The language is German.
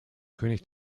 könig